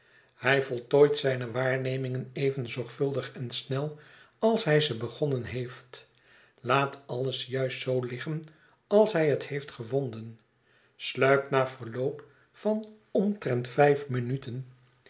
hij voltooit zijne waarnemingen even zorgvuldig en snel als hij ze begonnen heeft laat alles juist zoo liggen als hij het heeft gevonden sluipt na verloop van omtrent vijf minuten